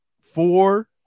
four